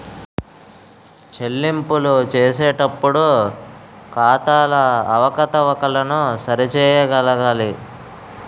చెల్లింపులు చేసేటప్పుడు ఖాతాల అవకతవకలను సరి చేయగలగాలి